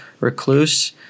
Recluse